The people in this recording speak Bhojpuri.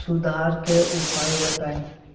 सुधार के उपाय बताई?